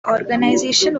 organization